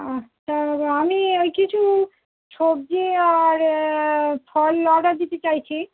after আমি ওই কিছু সবজি আর ফল অর্ডার দিতে চাইছি